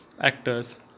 actors